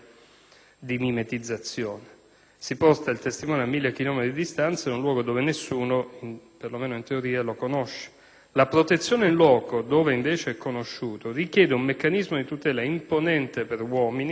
Si porta il testimone a 1.000 chilometri di distanza in un luogo dove nessuno, perlomeno in teoria, lo conosce. La protezione *in* *loco*, dove invece è conosciuto, richiede un meccanismo di tutela imponente per uomini